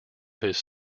his